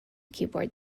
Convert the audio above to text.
keyboard